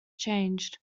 changed